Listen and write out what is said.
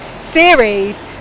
series